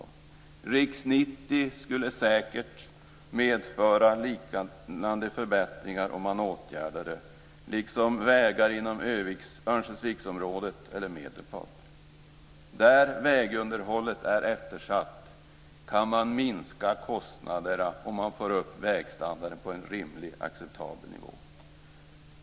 En upprustning av riksväg 90 skulle säker medföra liknande förbättringar, liksom en upprustning av vägar inom Örnsköldsviksområdet och i Medelpad. Där vägunderhållet är eftersatt kan man minska kostnaderna om man får upp vägstandarden på en rimlig och acceptabel nivå.